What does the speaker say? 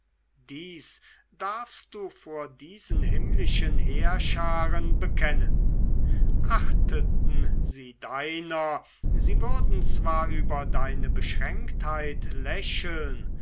dies darfst du vor diesen himmlischen heerscharen bekennen achteten sie deiner sie würden zwar über deine beschränktheit lächeln